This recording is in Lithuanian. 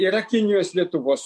yra kinijos lietuvos